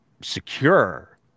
secure